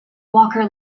walker